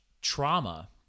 trauma